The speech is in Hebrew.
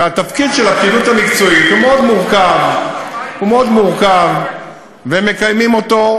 התפקיד של הפקידות המקצועית הוא מאוד מורכב והם מקיימים אותו,